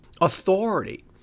authority